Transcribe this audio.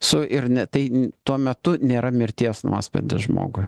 su ir ne tai tuo metu nėra mirties nuosprendis žmogui